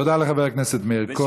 תודה לחבר הכנסת מאיר כהן.